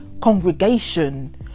congregation